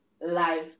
life